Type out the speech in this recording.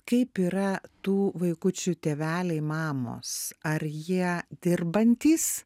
kaip yra tų vaikučių tėveliai mamos ar jie dirbantys